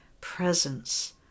presence